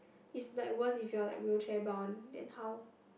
it's like worse if you are like wheelchair bound then how